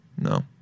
No